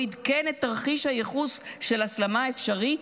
לא עדכן על תרחיש הייחוס של הסלמה אפשרית,